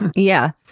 yeah.